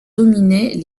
dominait